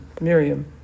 Miriam